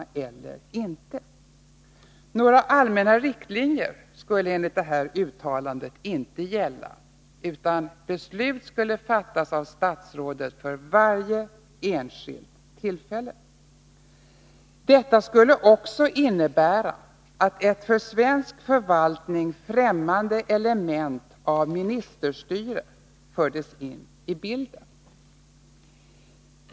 Några allmänna riktlinjer skulle enligt detta uttalande inte gälla, utan beslut skulle fattas av statsrådet för varje enskilt tillfälle. Detta skulle också innebära att ett för svensk förvaltning främmande element av ministerstyre fördes in i bilden.